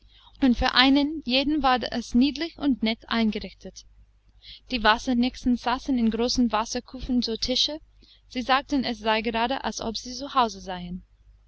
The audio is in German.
und für einen jeden war es niedlich und nett eingerichtet die wassernixen saßen in großen wasserkufen zu tische sie sagten es sei gerade als ob sie zu hause seien